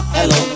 Hello